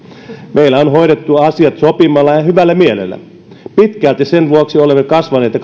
meillä on hoidettu asiat sopimalla ja hyvällä mielellä pitkälti sen vuoksi olemme kasvaneet ja